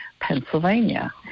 Pennsylvania